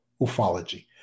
ufology